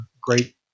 great